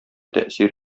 тәэсир